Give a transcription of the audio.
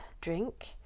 drink